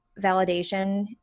validation